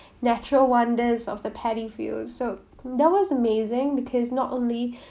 natural wonders of the paddy field so that was amazing because not only